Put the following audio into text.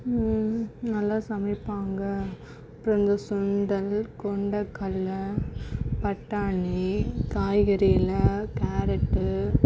நல்லா சமைப்பாங்க அப்றம் இந்த சுண்டல் கொண்டக்கடல பட்டாணி காய்கறிகளில் கேரட்டு